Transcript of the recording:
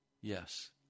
Yes